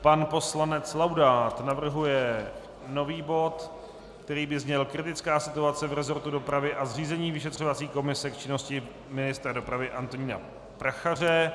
Pan poslanec Laudát navrhuje nový bod, který by zněl: Kritická situace v rezortu dopravy a zřízení vyšetřovací komise k činnosti ministra dopravy Antonína Prachaře.